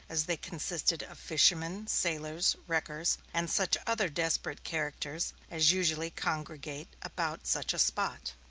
as they consisted of fishermen, sailors, wreckers, and such other desperate characters, as usually congregate about such a spot.